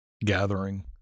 gathering